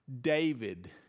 David